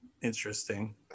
interesting